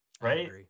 Right